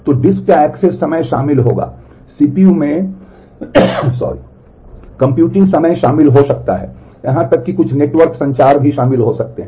तो डिस्क का एक्सेस समय शामिल होगा सीपीयू में कंप्यूटिंग समय शामिल हो सकता है यहां तक कि कुछ नेटवर्क संचार भी शामिल हो सकते हैं